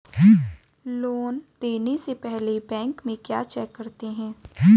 Loan देने से पहले बैंक में क्या चेक करते हैं?